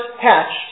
hatched